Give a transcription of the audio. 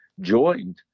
joined